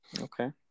okay